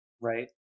Right